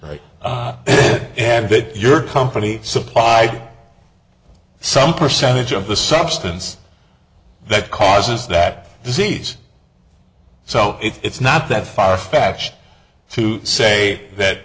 right and that your company supplied some percentage of the substance that causes that disease so it's not that far fetched to say that